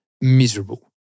miserable